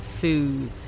food